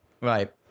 right